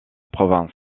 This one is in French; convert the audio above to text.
province